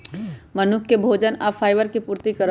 मनुख के भोजन आ फाइबर के पूर्ति करत